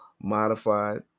modified